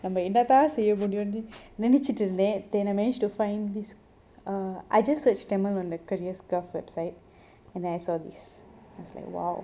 நம்ம என்னதா செய்ய முடியுனு நெனச்சிட்டு இருந்த:namma ennatha seiya mudiyunu nenachitu iruntha then I managed to find this a I just search tamil on the careers G_O_V website and I saw this as like !wow!